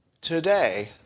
Today